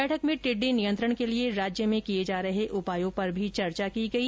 बैठक में टिड्डी नियंत्रण के लिए राज्य में किए जा रहे उपायों पर भी चर्चा की गई